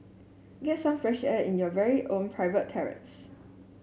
get some fresh air in your very own private terrace